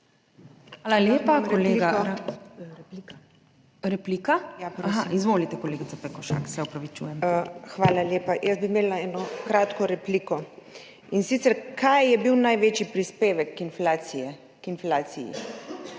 Svoboda):** Hvala lepa. Jaz bi imela eno kratko repliko, in sicer, kaj je bil največji prispevek k inflaciji